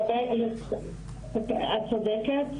את צודקת,